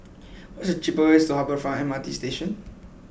what is the cheapest way to Harbour Front MRT Station